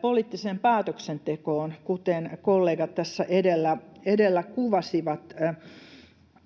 poliittiseen päätöksentekoon, kuten kollegat tässä edellä kuvasivat.